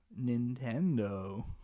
Nintendo